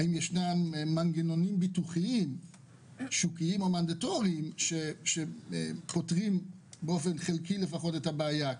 האם יש מנגנונים ביטוחיים מנדטוריים שפותרים את הבעיה באופן חלקי?